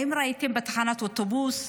האם ראיתם תמונה שלה בתחנת אוטובוס?